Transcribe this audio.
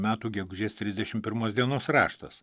metų gegužės trisdešim pirmos dienos raštas